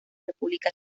república